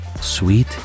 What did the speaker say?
Sweet